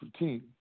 routine